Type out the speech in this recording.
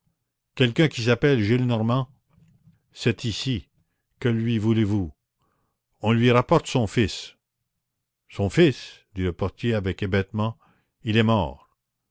quelqu'un qui s'appelle gillenormand c'est ici que lui voulez-vous on lui rapporte son fils son fils dit le portier avec hébétement il est mort